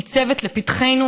ניצבת לפתחנו.